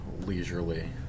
Leisurely